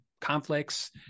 conflicts